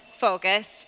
focused